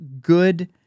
good